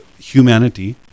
humanity